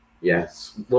yes